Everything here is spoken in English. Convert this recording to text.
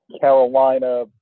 Carolina